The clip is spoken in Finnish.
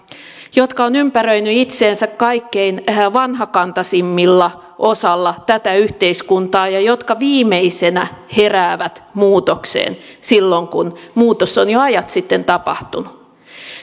jotka ovat ympäröineet itsensä kaikkein vanhakantaisimmalla osalla tätä yhteiskuntaa ja jotka viimeisenä heräävät muutokseen silloin kun muutos on jo ajat sitten tapahtunut